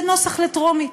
זה נוסח לטרומית.